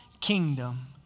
kingdom